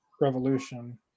revolution